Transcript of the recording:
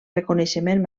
reconeixement